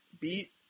beat